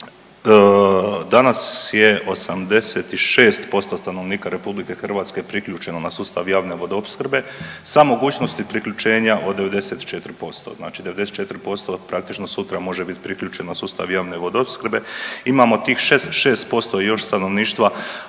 Danas je 86% stanovnika RH priključeno na sustav javne vodoopskrbe sa mogućnosti priključena od 94%, znači 94% praktično sutra može biti priključeno na sustav javne vodoopskrbe. Imamo tih 6% još stanovništva